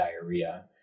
diarrhea